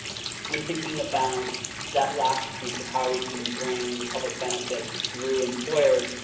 when thinking about that last piece of how we can bring public benefits through employers,